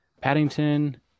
Paddington